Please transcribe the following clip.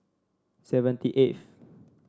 seventy eighth